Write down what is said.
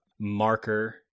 marker